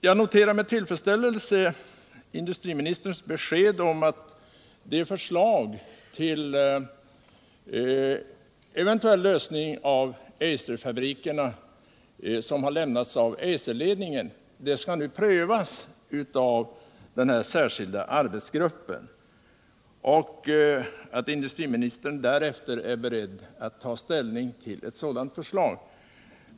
Jag noterar med tillfredsställelse industriministerns besked att det förslag till eventuell lösning när det gäller Eiserfabrikerna som Eiserledningen lagt fram nu skall prövas av den här särskilda arbetsgruppen och att industriministern därefter är beredd att ta ställning till förslaget.